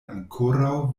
ankoraŭ